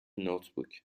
notebook